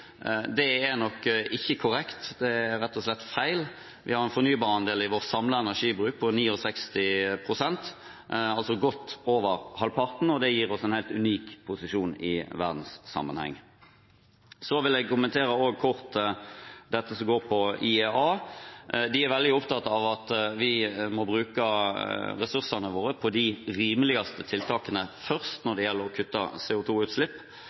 rett og slett feil. Vi har en fornybarandel i vårt samlede energibruk på 69 pst., altså godt over halvparten, og det gir oss en helt unik posisjon i verdenssammenheng. Så vil jeg kort kommentere også det som går på IEA. De er veldig opptatt av at vi må bruke ressursene våre på de rimeligste tiltakene først når det gjelder å kutte